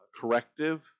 corrective